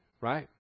right